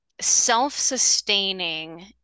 self-sustaining